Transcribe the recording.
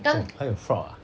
oh 还有 frog ah